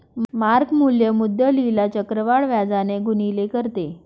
mark मूल्य मुद्दलीला चक्रवाढ व्याजाने गुणिले करते